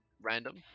random